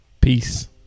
peace